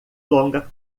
longa